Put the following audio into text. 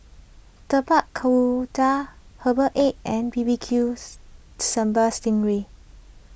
Tapak Kuda Herbal Egg and B B Q Sambal Sting Ray